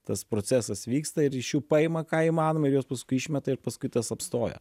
tas procesas vyksta ir iš jų paima ką įmanoma ir juos paskui išmeta ir paskui tas apstoja